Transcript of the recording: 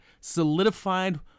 solidified